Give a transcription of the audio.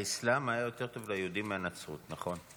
האסלאם היה יותר טוב ליהודים מהנצרות, נכון.